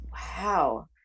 Wow